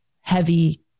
heavy